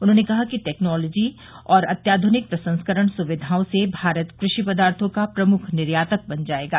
उन्होंने कहा कि टेक्नॉलोजी और अत्याधुनिक प्रसंस्करण सुर्विधाओं से भारत कृषि पदार्थों का प्रमुख निर्यातक बन जायेगा